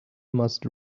must